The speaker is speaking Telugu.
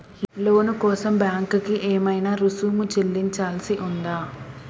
లోను కోసం బ్యాంక్ కి ఏమైనా రుసుము చెల్లించాల్సి ఉందా?